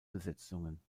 besetzungen